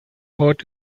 heart